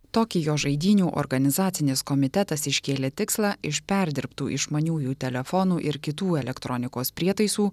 tokijo žaidynių organizacinis komitetas iškėlė tikslą iš perdirbtų išmaniųjų telefonų ir kitų elektronikos prietaisų